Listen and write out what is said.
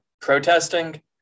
protesting